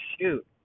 Shoot